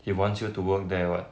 he wants you to work there what